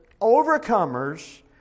overcomers